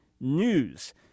News